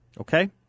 Okay